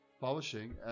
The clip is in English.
Publishing